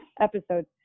episodes